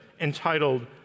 entitled